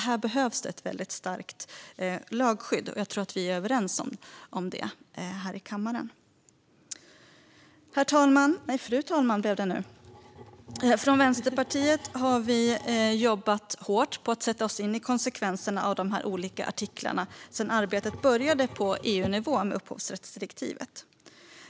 Här behövs ett starkt lagskydd, och jag tror att vi är överens om det här i kammaren. Fru talman! Från Vänsterpartiet har vi jobbat hårt med att sätta oss in i konsekvenserna av de olika artiklarna sedan arbetet började på EU-nivå med upphovsrättsdirektivet.